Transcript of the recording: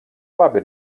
labi